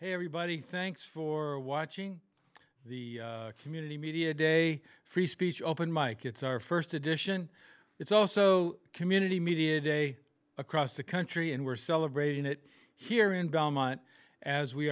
hey everybody thanks for watching the community media day free speech open mike it's our first edition it's also a community media day across the country and we're celebrating it here in